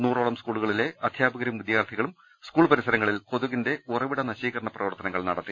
നൂറോളം സ്കൂളുകളിലെ അധ്യാപകരും വിദ്യാർത്ഥികളും സ്കൂൾ പരിസരങ്ങളിൽ കൊതുകിന്റെ ഉറവിട നശീകരണ പ്രവർത്തനങ്ങളും നടത്തി